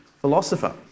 philosopher